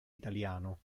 italiano